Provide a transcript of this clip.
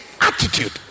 attitude